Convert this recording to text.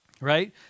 Right